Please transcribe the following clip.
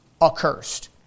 accursed